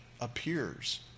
appears